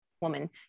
woman